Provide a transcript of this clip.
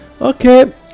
okay